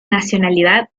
nacionalidad